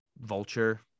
Vulture